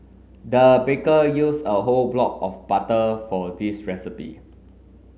the baker used a whole block of butter for this recipe